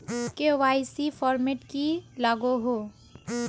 KYC format की लागोहो?